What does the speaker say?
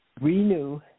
renew